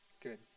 good